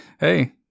Hey